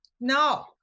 no